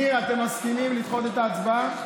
ניר, אתם מסכימים לדחות את ההצבעה?